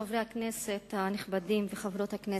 חברי הכנסת הנכבדים וחברות הכנסת,